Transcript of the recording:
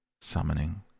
summoning